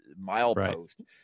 milepost